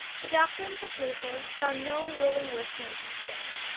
the doctrines of luther, found no willing listeners in spain.